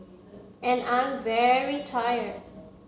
and I am very tired